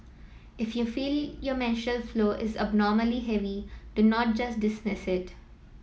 if you feel your menstrual flow is abnormally heavy do not just dismiss it